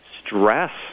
Stress